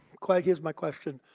like here's my question.